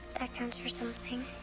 that counts for something.